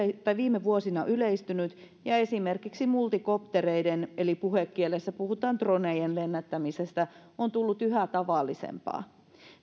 viime vuosina yleistynyt ja esimerkiksi multikoptereiden eli puhekielessä puhutaan droneista lennättämisestä on tullut yhä tavallisempaa